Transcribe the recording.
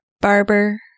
barber